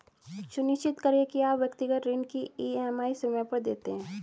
सुनिश्चित करें की आप व्यक्तिगत ऋण की ई.एम.आई समय पर देते हैं